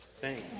Thanks